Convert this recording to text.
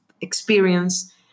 experience